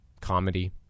comedy